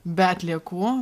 be atliekų